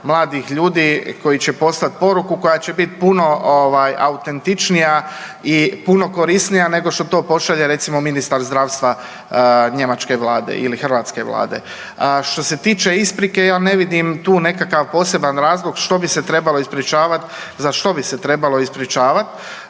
mladih ljudi koji će poslat poruku koja će biti puno autentičnija i puno korisnija nego što to pošalje recimo ministar zdravstva njemačke vlade ili hrvatske Vlade. Što se tiče isprike ja ne vidim tu nekakav poseban razlog što bi se trebalo ispričavat, za što bi se trebalo ispričavat,